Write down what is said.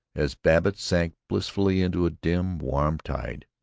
as babbitt sank blissfully into a dim warm tide,